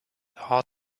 ought